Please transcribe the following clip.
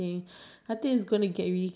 do you have any questions for me